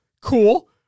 Cool